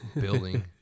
building